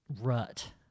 rut